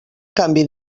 canvi